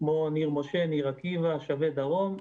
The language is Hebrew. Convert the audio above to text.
כמו ניר משה או ניר עקיבא או שבי דרום,